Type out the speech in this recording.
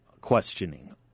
questioning